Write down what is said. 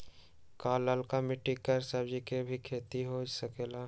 का लालका मिट्टी कर सब्जी के भी खेती हो सकेला?